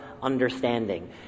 understanding